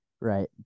Right